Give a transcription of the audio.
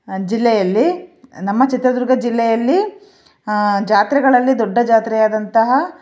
ಜಿಲ್ಲೆಯಲ್ಲಿ ನಮ್ಮ ಚಿತ್ರದುರ್ಗ ಜಿಲ್ಲೆಯಲ್ಲಿ ಜಾತ್ರೆಗಳಲ್ಲಿ ದೊಡ್ಡ ಜಾತ್ರೆಯಾದಂತಹ